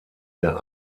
der